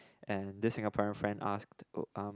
and this Singaporean friend asked um